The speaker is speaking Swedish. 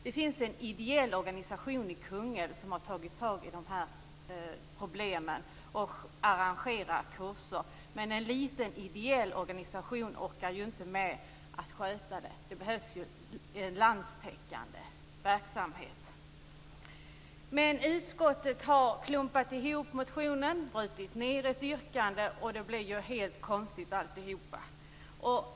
Det finns en ideell organisation i Kungälv som har tagit tag i de här problemen och som arrangerar kurser, men en liten ideell organisation orkar inte med att sköta det här. Det behövs en rikstäckande verksamhet. Utskottet har dock klumpat ihop motionen och brutit ned det till ett yrkande, och det blir helt konstigt alltihop.